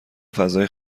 فضای